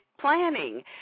Planning